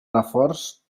reforç